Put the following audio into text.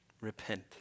Repent